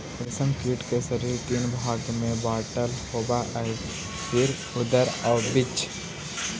रेशम कीट के शरीर तीन भाग में बटल होवऽ हइ सिर, उदर आउ वक्ष